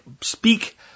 Speak